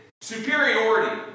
superiority